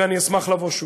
ואני אשמח לבוא שוב.